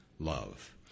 Love